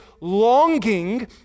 longing